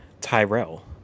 Tyrell